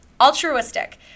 altruistic